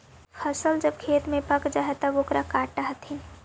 फसल जब खेत में पक जा हइ तब ओकरा काटऽ हथिन